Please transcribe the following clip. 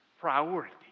Priority